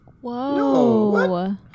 Whoa